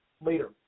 later